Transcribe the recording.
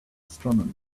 astronomy